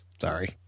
Sorry